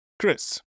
Chris